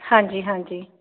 ਹਾਂਜੀ ਹਾਂਜੀ